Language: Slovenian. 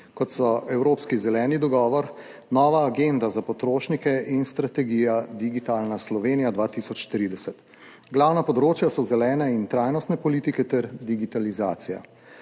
kot so Evropski zeleni dogovor, Nova agenda za potrošnike in strategija Digitalna Slovenija 2030. Glavna področja so zelene in trajnostne politike ter digitalizacija.